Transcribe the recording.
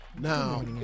now